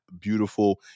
beautiful